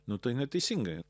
nu tai neteisingai